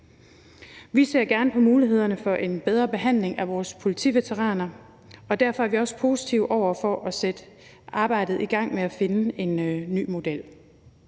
Vi ser gerne på mulighederne for en bedre behandling af vores politiveteraner, og derfor er vi også positive over for at sætte arbejdet med at finde en ny model